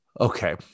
Okay